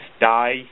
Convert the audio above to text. die